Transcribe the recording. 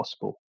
possible